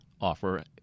offer